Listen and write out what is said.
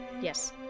Yes